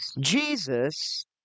Jesus